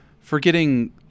Forgetting